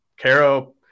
Caro